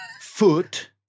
foot